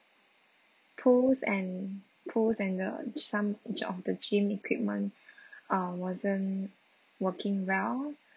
pools and pools and the some of the gym equipment uh wasn't working well